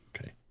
Okay